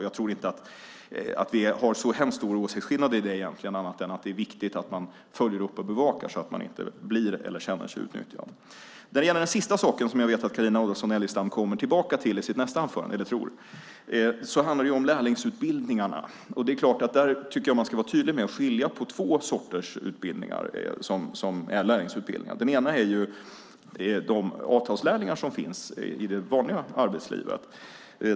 Jag tror inte att vi egentligen har så stora åsiktsskillnader där, utan det är viktigt att man följer upp och bevakar så att ungdomar inte blir eller känner sig utnyttjade. Den sista saken, lärlingsutbildningarna, tror jag att Carina Adolfsson Elgestam kommer tillbaka till i nästa anförande. Jag tycker att man ska vara tydlig med att skilja på två sorters lärlingsutbildningar. Det ena är de avtalslärlingar som finns i det vanliga arbetslivet.